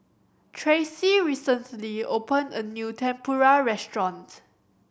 Tracey recently opened a new Tempura restaurant